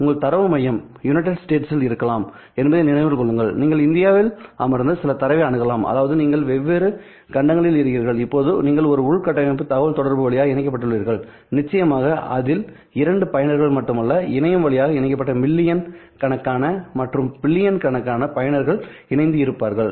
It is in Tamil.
உங்கள் தரவு மையம் united states ல் இருக்கலாம் என்பதை நினைவில் கொள்ளுங்கள் நீங்கள் இந்தியாவில் அமர்ந்து சில தரவை அணுகலாம் அதாவது நீங்கள் இரண்டு வெவ்வேறு கண்டங்களில் இருக்கிறீர்கள் இப்போது நீங்கள் ஒரு உள்கட்டமைப்பு தகவல் தொடர்பு வழியாக இணைக்கப்பட்டுள்ளீர்கள் நிச்சயமாக அதில் இரண்டு பயனர்கள் மட்டுமல்ல இணையம் வழியாக இணைக்கப்பட்ட மில்லியன் கணக்கான மற்றும் பில்லியன் பயனர்கள் இணைந்து இருப்பார்கள்